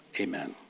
Amen